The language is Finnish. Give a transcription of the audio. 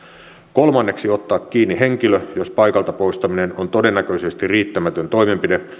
kolmanneksi oikeus ottaa kiinni henkilö jos paikalta poistaminen on todennäköisesti riittämätön toimenpide